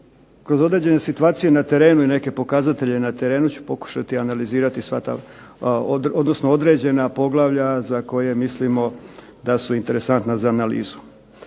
kroz određene situacije na terenu i neke pokazatelje na terenu ću pokušati analizirati sva ta, odnosno određena poglavlja za koje mislimo da su interesantna za analizu.